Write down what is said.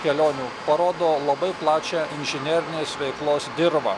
kelionių parodo labai plačią inžinerinės veiklos dirvą